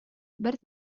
бэрт